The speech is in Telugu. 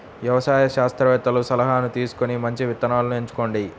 వ్యవసాయ శాస్త్రవేత్తల సలాహాను తీసుకొని మంచి విత్తనాలను ఎంచుకోండి